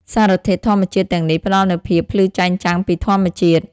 សារធាតុធម្មជាតិទាំងនេះផ្តល់នូវភាពភ្លឺចែងចាំងធម្មជាតិ។